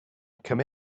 come